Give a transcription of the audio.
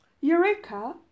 Eureka